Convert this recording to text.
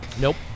Nope